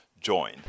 join